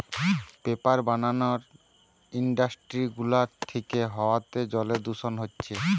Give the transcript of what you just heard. paper বানানার industry গুলা থিকে হাওয়াতে জলে দূষণ হচ্ছে